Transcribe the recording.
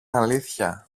αλήθεια